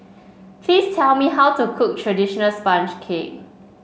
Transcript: please tell me how to cook traditional sponge cake